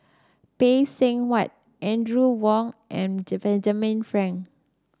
Phay Seng Whatt Audrey Wong and Benjamin Frank